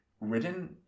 written